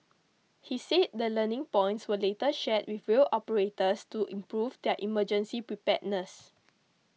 he see the learning points were later shared with rail operators to improve their emergency preparedness